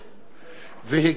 והגיע הזמן.